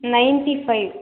ninety five